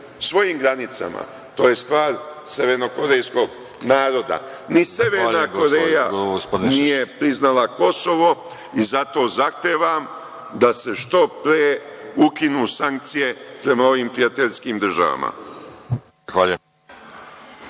svojim granicama to je stvar severnokorejskog naroda. Ni Severna Koreja nije priznala Kosovo i zato zahtevam da se što pre ukinu sankcije prema ovim prijateljskim državama.